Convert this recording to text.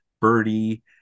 birdie